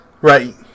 Right